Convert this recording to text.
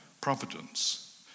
Providence